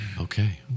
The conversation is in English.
Okay